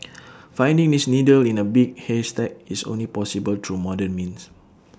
finding this needle in A big haystack is only possible through modern means